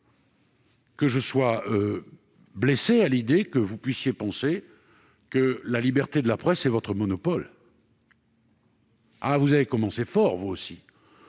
que je sois blessé à l'idée que vous considériez que la liberté de la presse est votre monopole. Vous avez commencé fort, vous aussi,